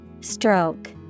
Stroke